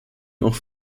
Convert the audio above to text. auch